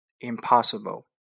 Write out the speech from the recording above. Impossible